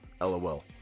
LOL